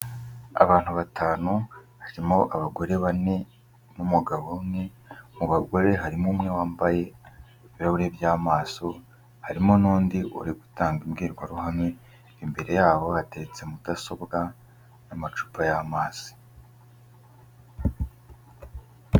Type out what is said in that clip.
Abantu batanu, harimo abagore bane n'umugabo umwe, mu bagore harimo umwe wambaye ibirahuri by'amaso, harimo n'undi uri gutanga imbwirwaruhame, imbere yabo hateretse Mudasobwa n'amacupa y'amazi.